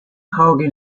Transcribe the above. hogan